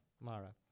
Mara